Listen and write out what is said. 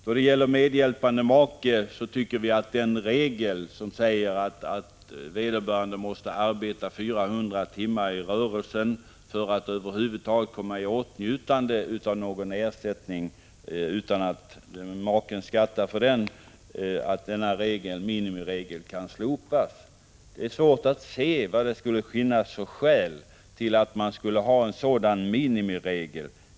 Då det gäller medhjälpande make tycker vi att den minimiregel som säger att denne måste arbeta 400 timmar i rörelsen för att över huvud taget komma i åtnjutande av någon ersättning utan att maken behöver skatta för den kan slopas. Det är svårt att se vad det finns för skäl till en sådan minimiregel.